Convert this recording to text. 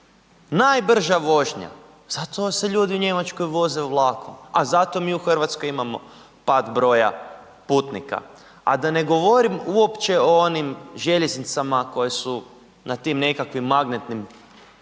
najbrža vožnja. Zato se ljudi u Njemačkoj voze vlakom. A zato mi u Hrvatskoj imamo pad broja putnika, a da ne govorim uopće o onim željeznicama koje su na tim nekakvim magnetnim